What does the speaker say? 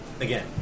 again